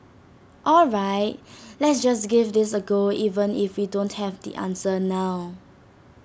all right let's just give this A go even if we don't have the answer now